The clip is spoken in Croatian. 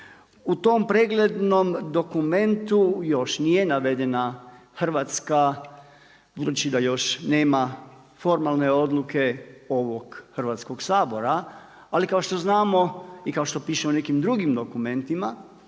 U tom preglednom dokumentu još nije navedena Hrvatska budući da još nema formalne odluke ovog Hrvatskog sabora, ali kao što znamo, i kao što piše u nekim drugim dokumentima